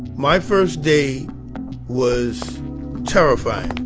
my first day was terrifying.